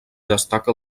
destaca